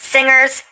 Singers